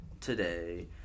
today